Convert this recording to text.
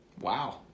Wow